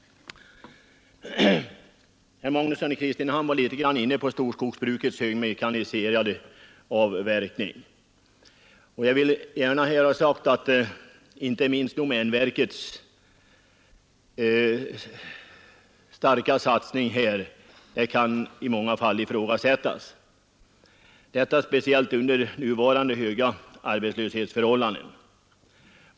Herr Magnusson i Kristinehamn var inne på storskogsbrukets högmekaniserade avverkning. Jag vill gärna ha sagt att inte minst domänverkets starka satsning därvidlag i många fall kan ifrågasättas, speciellt med nuvarande höga arbetslöshetssiffror.